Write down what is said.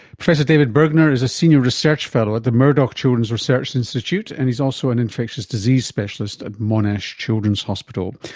professor david burgner is a senior research fellow at the murdoch children's research institute, and he is also an infectious disease specialist at monash children's hospital.